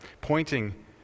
pointing